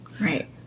right